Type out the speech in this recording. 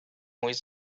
with